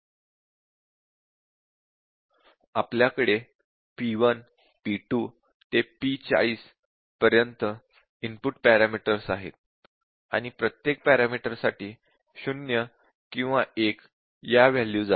आमच्याकडे P1 P2 ते P40 पर्यंत इनपुट पॅरामीटर्स आहेत आणि प्रत्येक पॅरामीटर साठी 0 किंवा 1 या वॅल्यूज आहेत